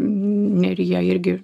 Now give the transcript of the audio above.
neryje irgi